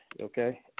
okay